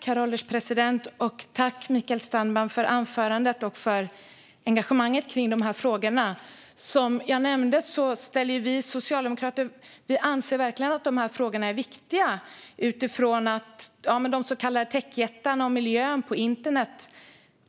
Herr ålderspresident! Tack, Mikael Strandman, för anförandet och för engagemanget i de här frågorna! Som jag nämnde anser vi socialdemokrater verkligen att de här frågorna är viktiga. De så kallade techjättarna och miljön på internet